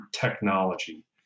technology